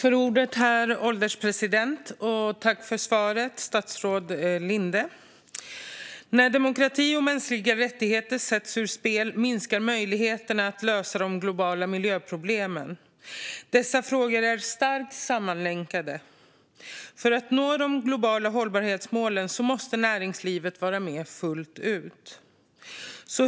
Herr ålderspresident! Tack för svaret, statsrådet Linde! När demokrati och mänskliga rättigheter sätts ur spel minskar möjligheterna att lösa de globala miljöproblemen. Dessa frågor är starkt sammanlänkade. Om man ska nå de globala hållbarhetsmålen måste näringslivet vara med fullt ut.